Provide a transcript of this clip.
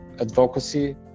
advocacy